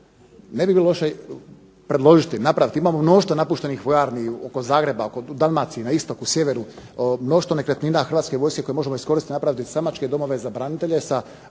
Ne bi bilo loše predložiti, napraviti, imamo mnoštvo napuštenih vojarni oko Zagreba, u Dalmaciji, na istoku, sjeveru, mnoštvo nekretnina Hrvatske vojske koju možemo iskoristiti, napraviti …/Ne razumije se./… domove za branitelje sa